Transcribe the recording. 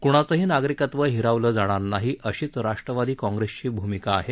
कोणाचंही नागरिकत्व हिरावलं जाणार नाही अशीच राष्ट्रवादी काँग्रेसची भूमिका आहे